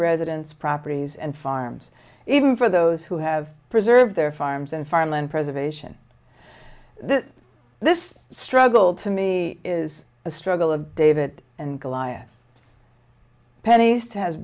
residents properties and farms even for those who have preserved their farms and farmland preservation this struggle to me is a struggle of david and goliath pennies